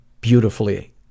beautifully